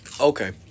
Okay